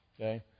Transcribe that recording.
Okay